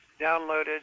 downloaded